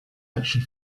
action